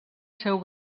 seu